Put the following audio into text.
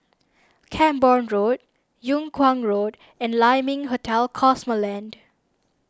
Camborne Road Yung Kuang Road and Lai Ming Hotel Cosmoland